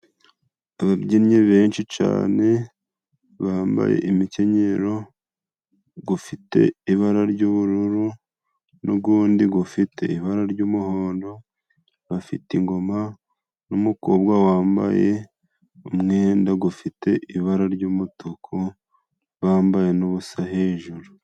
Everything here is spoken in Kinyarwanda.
Ababyinnyi benshi cane bambaye imikenyero gufite ibara ry'ubururu, nugundi gufite ibara ry'umuhondo, bafite ingoma n'umukobwa wambaye umwenda gufite ibara ry'umutuku, bambaye n'ubusa hejuru.